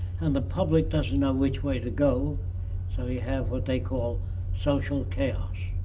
and the public doesn't know which way to go so you have what they call social chaos.